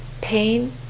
Pain